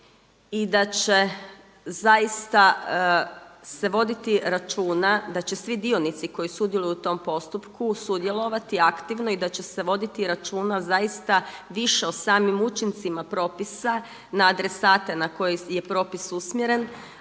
i da će zaista se voditi računa da će svi dionici koji sudjeluju u tom postupku sudjelovati aktivno i da će se voditi računa zaista više o samim učincima propisa na adresate na koje je propis usmjeren